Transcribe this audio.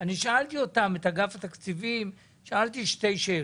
שבמשך היום אני שאלתי את אגף התקציבים שתי שאלות.